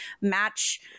match